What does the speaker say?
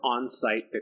on-site